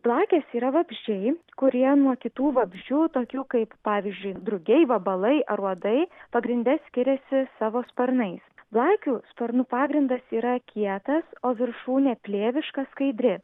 blakės yra vabzdžiai kurie nuo kitų vabzdžių tokių kaip pavyzdžiui drugiai vabalai ar uodai pagrinde skiriasi savo sparnais blakių sparnų pagrindas yra kietas o viršūnė plėviška skaidri